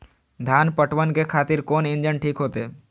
धान पटवन के खातिर कोन इंजन ठीक होते?